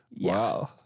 Wow